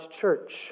church